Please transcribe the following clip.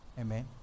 Amen